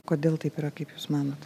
kodėl taip yra kaip jūs manot